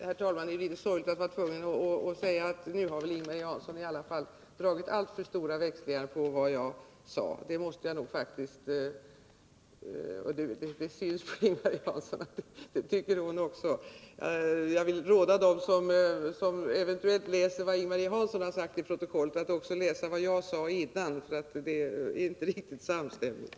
Herr talman! Det är litet sorgligt att vara tvungen att säga att här har väl Ing-Marie Hansson i alla fall dragit alltför stora växlar på vad jag sagt. Det är synd — det ser jag att Ing-Marie Hansson också tycker. Jag vill råda dem som eventuellt i protokollet läser vad Ing-Marie Hansson sagt att också läsa vad jag sade dessförinnan, för det är inte riktigt samstämmigt.